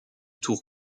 tour